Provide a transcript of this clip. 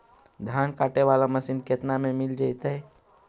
धान काटे वाला मशीन केतना में मिल जैतै?